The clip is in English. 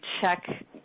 check